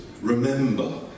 remember